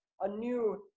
anew